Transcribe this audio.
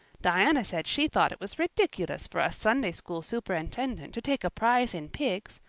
diana said she thought it was ridiculous for a sunday-school superintendent to take a prize in pigs,